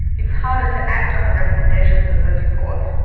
it's harder to act on the recommendations of those reports.